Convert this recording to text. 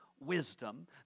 Wisdom